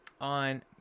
on